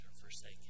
forsaken